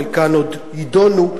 חלקן עוד יידונו,